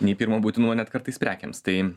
nei pirmo būtinumo net kartais prekėms tai